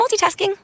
multitasking